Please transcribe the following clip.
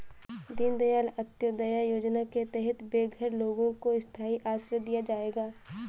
दीन दयाल अंत्योदया योजना के तहत बेघर लोगों को स्थाई आश्रय दिया जाएगा